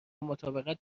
مطابقت